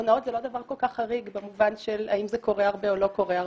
הונאות זה לא דבר כל כך חריג במובן של אם זה קורה הרבה או לא קורה הרבה.